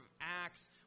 ACTS